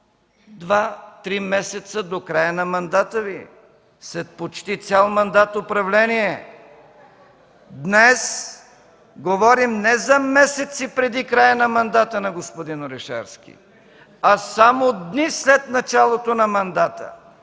два-три месеца до края на мандата Ви, след почти цял мандат управление. (Оживление и смях от ГЕРБ.) Днес говорим не за месеци преди края на мандата на господин Орешарски, а само дни след началото на мандата.